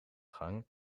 gang